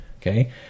okay